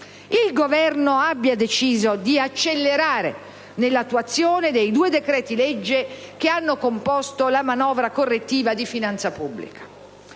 il Governo abbia deciso di accelerare nell'attuazione dei due decreti-legge che hanno composto la manovra correttiva di finanza pubblica.